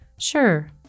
Sure